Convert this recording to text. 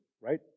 right